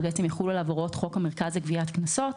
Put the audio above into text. יחולו עליו הוראות חוק המרכז לגביית קנסות.